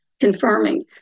confirming